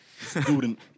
Student